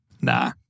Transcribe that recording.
nah